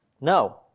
No